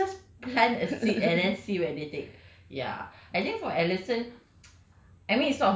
purpose of life ah so just plant a seed and then see where they take ya I think for allison